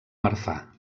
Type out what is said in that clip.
marfà